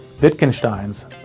Wittgenstein's